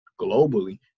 globally